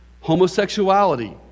homosexuality